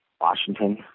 Washington